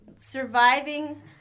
surviving